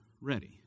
ready